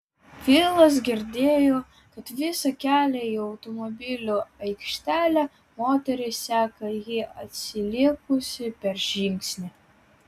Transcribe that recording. vilas girdėjo kad visą kelią į automobilių aikštelę moteris seka jį atsilikusi per žingsnį